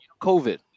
COVID